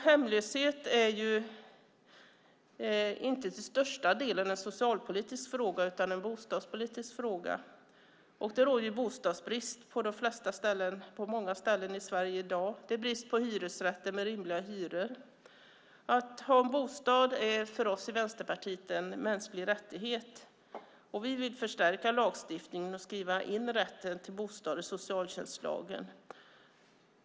Hemlöshet är till största delen inte en socialpolitisk fråga utan en bostadspolitisk fråga. Det råder bostadsbrist på många ställen i Sverige i dag. Det är brist på hyresrätter med rimliga hyror. Att ha en bostad är för oss i Vänsterpartiet en mänsklig rättighet, och vi vill förstärka lagstiftningen och skriva in rätten till bostad i socialtjänstlagen.